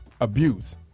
Abuse